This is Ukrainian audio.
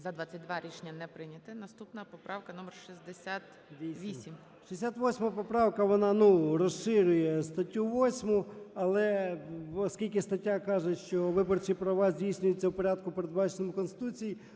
За-22 Рішення не прийнято. Наступна поправка номер 68. 17:10:21 ЧЕРНЕНКО О.М. 68 поправка, вона ну розширює статтю 8, але оскілки стаття каже, що виборчі права здійснюються в порядку, передбаченими Конституцією,